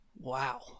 Wow